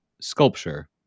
sculpture